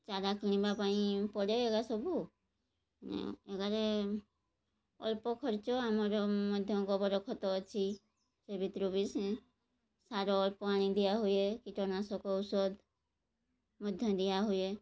ଚାରା କିଣିବା ପାଇଁ ପଡ଼େ ଏଗା ସବୁ ଏଗାରେ ଅଳ୍ପ ଖର୍ଚ୍ଚ ଆମର ମଧ୍ୟ ଗୋବର ଖତ ଅଛି ସେ ଭିତରୁ ବି ସେ ସାର ଅଳ୍ପ ଆଣି ଦିଆହୁଏ କୀଟନାଶକ ଔଷଧ ମଧ୍ୟ ଦିଆହୁଏ